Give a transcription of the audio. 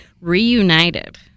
Reunited